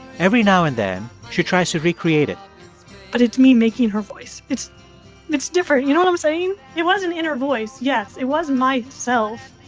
every now and then, she tries to recreate it but it's me making her voice. it's it's different. you know what i'm saying? it was an inner voice. yes, it was myself.